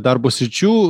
darbo sričių